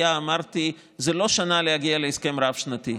אמרתי שזה לא שנה להגיע בה להסכם רב-שנתי,